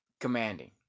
commanding